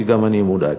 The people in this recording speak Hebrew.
כי גם אני מודאג.